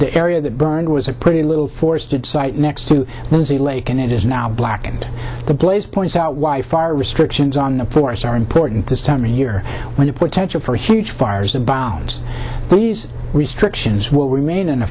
the area that burned was a pretty little forced to cite next to there's a lake and it is now black and the blaze points out why fire restrictions on the forest are important this time of year when the potential for huge fires and bombs these restrictions will remain in